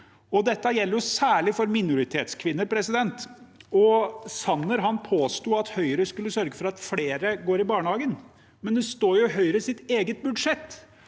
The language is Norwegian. Dette gjelder særlig for minoritetskvinner. Sanner påsto at Høyre skulle sørge for at flere går i barnehage, men det står i Høyres eget budsjett